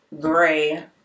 gray